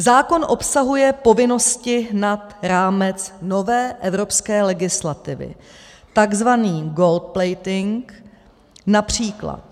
Zákon obsahuje povinnosti nad rámec nové evropské legislativy, takzvaný goldplating, například: